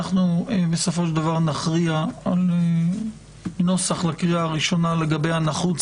ובסופו של דבר נכריע על נוסח לקריאה הראשונה לגבי הנחוץ,